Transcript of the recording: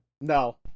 no